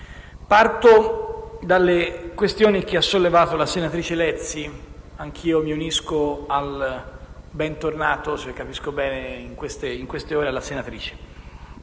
Parto dalle questioni che ha sollevato la senatrice Lezzi. Anch'io mi unisco al bentornato, in queste ore, alla senatrice,